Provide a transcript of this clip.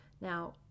Now